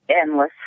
endless